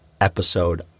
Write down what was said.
episode